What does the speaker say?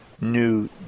New